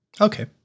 Okay